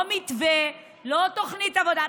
לא מתווה, לא תוכנית עבודה.